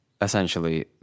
Essentially